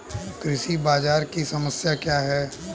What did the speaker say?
कृषि बाजार की समस्या क्या है?